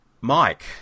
Mike